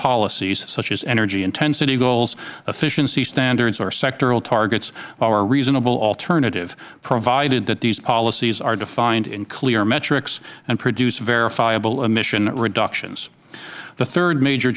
policies such as energy intensity goals efficiency standards or sectoral targets are a reasonable alternative provided that these policies are defined in clear metrics and produce verifiable emission reductions the third major